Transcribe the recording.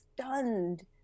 stunned